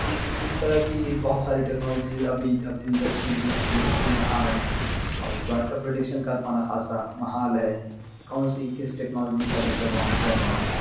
اس اس طرح کی بہت ساری ٹیکناجی ابھی انڈسٹریز میں انڈسٹری میں آ رہی ہیں اور اس بات کا پروڈکشن کر پانا خاصا محال ہے کون سی کس ٹیکنالوجی کا دبدبہ رہنے والا ہے